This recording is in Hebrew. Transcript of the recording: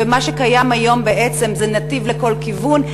ומה שקיים היום זה נתיב לכל כיוון.